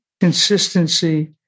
consistency